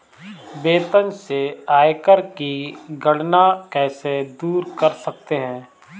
वेतन से आयकर की गणना कैसे दूर कर सकते है?